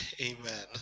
Amen